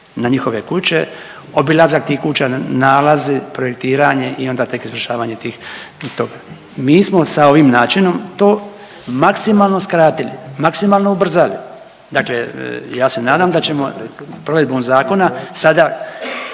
na njihove kuće, obilazak tih kuća, nalazi, projektiranje i onda tek izvršavanje tih toga. Mi smo sa ovim načinom to maksimalno skratili, maksimalno ubrzali. Dakle, ja se nadam da ćemo provedbom zakona sada